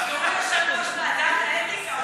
אדוני יושב-ראש ועדת האתיקה, הוא יודע.